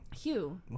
Hugh